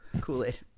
Kool-Aid